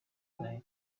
angahe